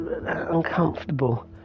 uncomfortable